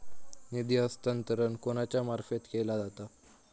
निधी हस्तांतरण कोणाच्या मार्फत केला जाता?